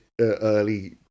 early